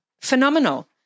phenomenal